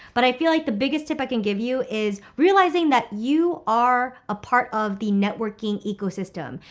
but i feel like the biggest tip i can give you is realizing that you are a part of the networking ecosystem.